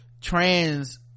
trans